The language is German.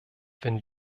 wenn